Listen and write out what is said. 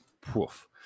Poof